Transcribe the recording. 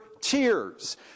tears